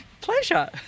Pleasure